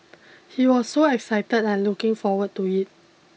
he was so excited and looking forward to it